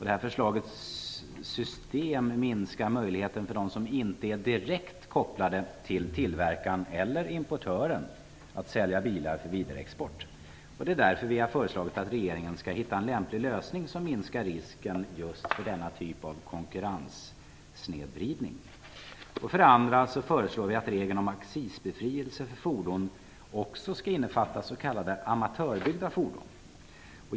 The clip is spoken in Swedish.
Detta förslag innebär ett system som minskar möjligheten för dem som inte är direkt kopplade till tillverkaren eller importören att sälja bilar för vidare export. Det är därför vi har föreslagit att regeringen skall söka en lämplig lösning som minskar risken för just denna typ av konkurrenssnedvridning. För det andra föreslår vi att regeln om accisbefrielse för fordon också skall innefatta s.k. amatörbyggda fordon.